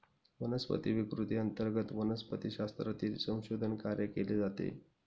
वनस्पती विकृती अंतर्गत वनस्पतिशास्त्रातील संशोधन कार्य केले जाते